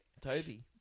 Toby